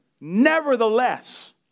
nevertheless